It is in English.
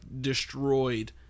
destroyed